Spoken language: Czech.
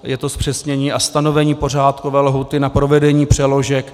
Je to zpřesnění a stanovení pořádkové lhůty na provedení přeložek atd. atd.